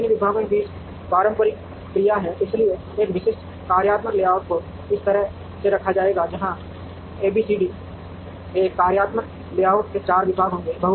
और इन विभागों के बीच पारस्परिक क्रिया है इसलिए एक विशिष्ट कार्यात्मक लेआउट को इस तरह से रखा जाएगा जहां एबीसीडी एक कार्यात्मक लेआउट में चार विभाग होंगे